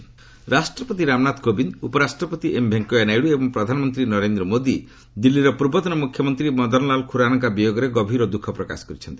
Khurana condolence ରାଷ୍ଟ୍ରପତି ରାମନାଥ କୋବିନ୍ଦ୍ ଉପରାଷ୍ଟ୍ରପତି M Venkaiah Naidu ଏବଂ ପ୍ରଧାନମନ୍ତ୍ରୀ ନରେନ୍ଦ୍ର ମୋଦି ଦିଲ୍ଲୀର ପୂର୍ବତନ ମୁଖ୍ୟମନ୍ତ୍ରୀ ମଦନଲାଲ୍ ଖୁରାନାଙ୍କ ବିୟୋଗରେ ଗଭୀର ଦୁଃଖ ପ୍ରକାଶ କରିଛନ୍ତି